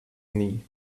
knee